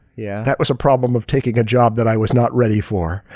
yeah that was a problem of taking a job that i was not ready for.